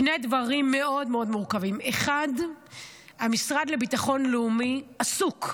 שני דברים מאוד מאוד מורכבים: 1. המשרד לביטחון לאומי עסוק,